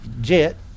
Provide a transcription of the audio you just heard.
Jet